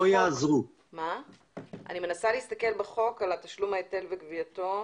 אני מנסה להסתכל בחוק על תשלום ההיטל וגבייתו,